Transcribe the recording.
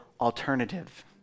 alternative